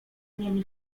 niemi